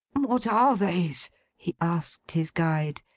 what are these he asked his guide.